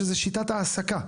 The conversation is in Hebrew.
שהוא שיטת ההעסקה.